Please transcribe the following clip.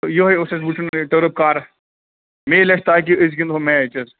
یِہَے اوس اَسہِ وُچھُن ٹٔرٕپ کَر میٚلہِ اَسہِ تاکہِ أسۍ گِنٛدہو میچ حظ